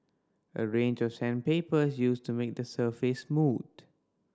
a range of sandpaper used to make the surface smooth